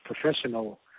professional